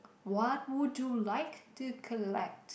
what would you like to collect